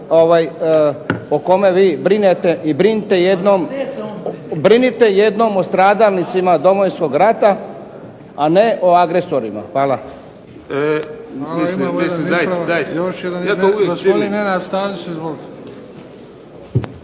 o kome vi brinete, i brinite jednom o stradalnicima Domovinskog rata, a ne o agresorima. Hvala.